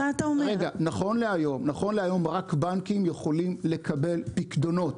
נכון להיום רק בנקים יכולים לקבל פיקדונות.